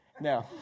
No